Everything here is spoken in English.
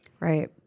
Right